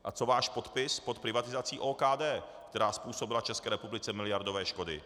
A co váš podpis pod privatizací OKD, která způsobila České republice miliardové škody?